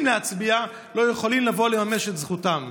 להצביע לא יכולים לבוא לממש את זכותם.